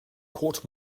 court